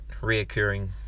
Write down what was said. reoccurring